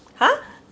!huh!